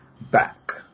back